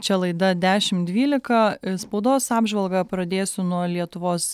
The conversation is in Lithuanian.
čia laida dešim dvylika spaudos apžvalgą pradėsiu nuo lietuvos